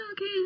Okay